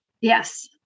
Yes